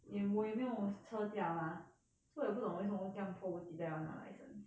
也没我也没有车驾 mah so 也不懂为什么这样迫不及待要拿 license